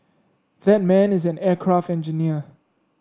that man is an aircraft engineer